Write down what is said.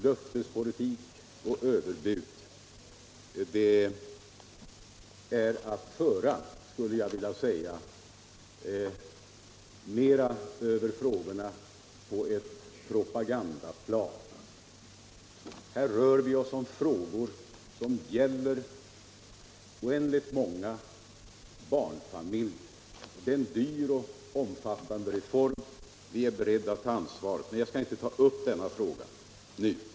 Löftespolitik och överbud skulle vara att föra över frågorna på ett innehållslöst propagandaplan. Här rör vi oss med frågor som gäller stora grupper barnfamiljer. Det är en kostnadskrävande och omfattande reform. Vi är beredda att ta ansvaret för den. Men jag skall inte ta upp denna fråga nu.